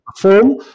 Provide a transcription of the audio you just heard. perform